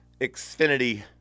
xfinity